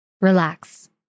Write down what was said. relax